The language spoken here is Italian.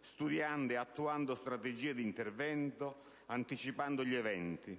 studiando e attuando strategie di intervento, anticipando gli eventi.